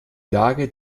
lage